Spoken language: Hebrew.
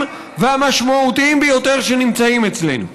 והמשמעותיים ביותר שנמצאים אצלנו.